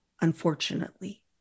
unfortunately